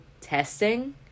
testing